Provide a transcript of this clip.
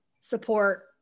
support